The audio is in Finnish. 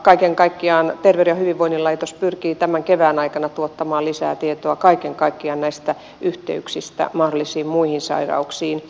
kaiken kaikkiaan terveyden ja hyvinvoinnin laitos pyrkii tämän kevään aikana tuottamaan lisää tietoa näistä yhteyksistä mahdollisiin muihin sairauksiin